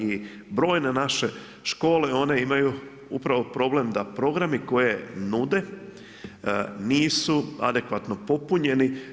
I brojne naše škole, one imaju upravo problem, da programi koji nude, nisu adekvatno popunjeni.